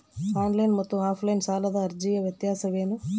Online ಮತ್ತು offline ಸಾಲದ ಅರ್ಜಿಯ ವ್ಯತ್ಯಾಸ ಏನು?